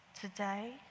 today